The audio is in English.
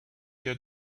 their